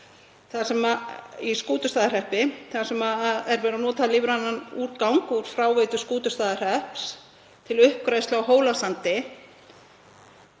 þar sem verið er að nota lífrænan úrgang úr fráveitu Skútustaðahrepps til uppgræðslu á Hólasandi;